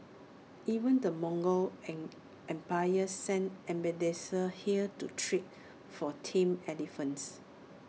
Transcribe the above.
even the Mongol empire sent ambassadors here to trade for tame elephants